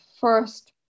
first